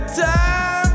time